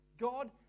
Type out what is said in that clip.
God